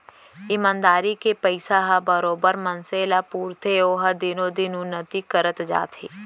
ईमानदारी के पइसा ह बरोबर मनसे ल पुरथे ओहा दिनो दिन उन्नति करत जाथे